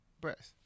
breasts